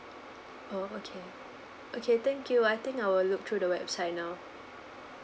oh okay okay thank you I think I will look through the website now